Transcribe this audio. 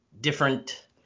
different